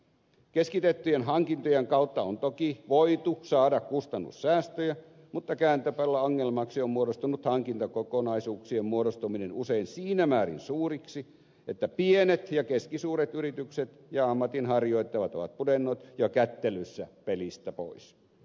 keskitettyjen hankintojen kautta on toki voitu saada kustannussäästöjä mutta kääntöpuolella ongelmaksi on muodostunut hankintakokonaisuuksien muodostuminen usein siinä määrin suuriksi että pienet ja keskisuuret yritykset ja ammatinharjoittajat ovat pudonneet jo kättelyssä pelistä pois